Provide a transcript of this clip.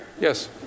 yes